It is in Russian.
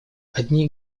одни